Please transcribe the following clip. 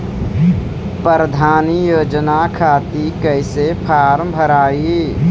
प्रधानमंत्री योजना खातिर कैसे फार्म भराई?